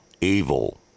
evil